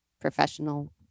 professional